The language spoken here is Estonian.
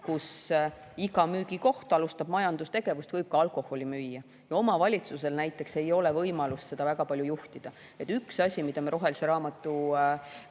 kus iga müügikoht, kes alustab majandustegevust, võib ka alkoholi müüa ja näiteks omavalitsusel ei ole võimalust seda väga palju juhtida. Üks asi, mida me rohelise raamatu